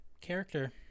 character